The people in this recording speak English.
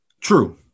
true